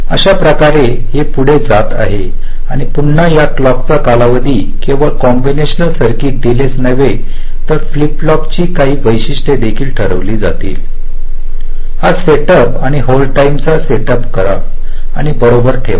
तर अशाप्रकारे हे पुढे जात आहे आणि पुन्हा या क्लॉक चा कालावधी केवळ कॉम्बिनेशनल सर्किट डीले च नव्हे तर या फ्लिप फ्लॉप ची काही वैशिष्ट्ये देखील ठरवली जातील हा सेटअप आणि होल्ड टाईम चा सेटअप करा आणि बरोबर ठेवा